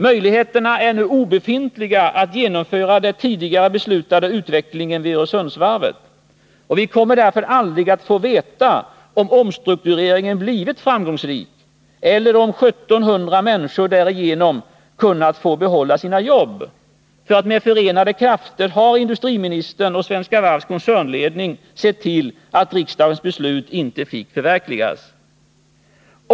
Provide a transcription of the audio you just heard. Möjligheterna är nu obefintliga att genomföra den tidigare beslutade utvecklingen vid Öresundsvarvet. Vi kommer därför aldrig att få veta om omstruktureringen blivit framgångsrik och om 1 700 människor därigenom kunnat få behålla sina jobb. Med förenade krafter har industriministern och Svenska Varvs koncernledning sett till att riksdagens beslut inte fick förverkligas.